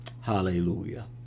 Hallelujah